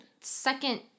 second